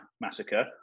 Massacre